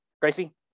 Gracie